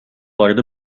وارد